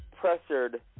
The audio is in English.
pressured